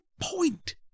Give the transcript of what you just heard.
point